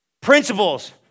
principles